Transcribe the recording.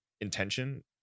intention